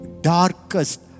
darkest